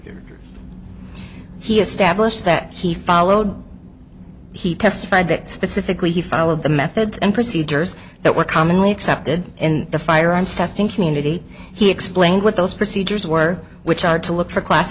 or he established that he followed he testified that specifically he followed the methods and procedures that were commonly accepted in the firearms testing community he explained what those procedures were which are to look for class